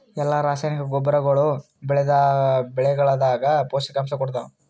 ಎಲ್ಲಾ ರಾಸಾಯನಿಕ ಗೊಬ್ಬರಗೊಳ್ಳು ಬೆಳೆಗಳದಾಗ ಪೋಷಕಾಂಶ ಕೊಡತಾವ?